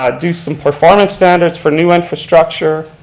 ah do some performance standards for new infrastructure.